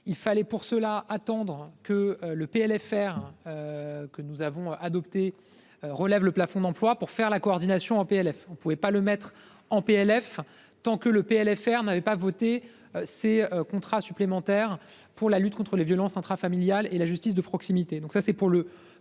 Il fallait pour cela attendre que le PLFR. Que nous avons adopté, relève le plafond d'emplois pour faire la coordination en PLF on ne pouvait pas le mettre en PLF tant que le PLFR n'avaient pas voté ces contrats supplémentaires. Pour la lutte contre les violences intrafamiliales et la justice de proximité.